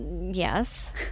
yes